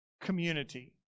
community